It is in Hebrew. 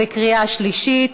בקריאה שלישית,